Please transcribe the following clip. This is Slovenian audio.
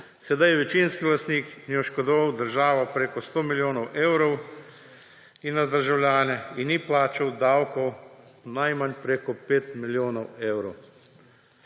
Sedaj je večinski lastnik, oškodoval je državo preko sto milijonov evrov ‒ nas, državljane − in ni plačal davkov najmanj preko pet milijonov evrov.